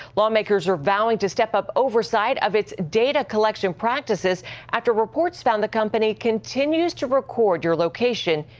lawmakers are vowing to step up oversight of its data collection practices after reports found the company continues to record your location,